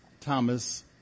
Thomas